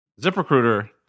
ZipRecruiter